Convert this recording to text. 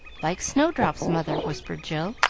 like snowdrop's mother, whispered jill.